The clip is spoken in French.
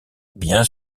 bien